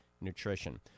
Nutrition